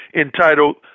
entitled